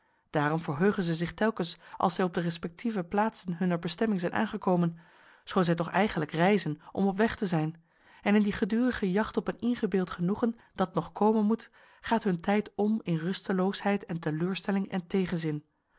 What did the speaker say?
daarom verheugen zij zich telkens als zij op de respectieve plaatsen hunner bestemming zijn aangekomen schoon zij toch eigenlijk reizen om op weg te zijn en in die gedurige jacht op een ingebeeld genoegen dat nog komen moet gaat hun tijd om in rusteloosheid en teleurstelling en tegenzin